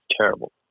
terrible